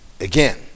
Again